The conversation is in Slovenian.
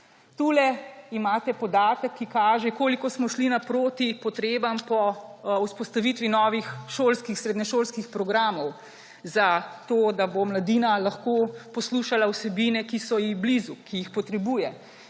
Tu imate podatek, ki kaže, koliko smo šli naproti potrebam po vzpostavitvi novih srednješolskih programov, zato da bo mladina lahko poslušala vsebine, ki so ji blizu, ki jih potrebuje.